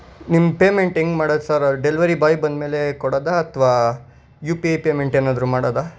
ನಿಮ್ಮ ಪೇಮೆಂಟ್ ಹೆಂಗ್ ಮಾಡೋದು ಸರ್ ಡೆಲ್ವರಿ ಬಾಯ್ ಬಂದಮೇಲೆ ಕೊಡೊದಾ ಅಥವಾ ಯು ಪಿ ಐ ಪೇಮೆಂಟ್ ಏನಾದ್ರೂ ಮಾಡೋದಾ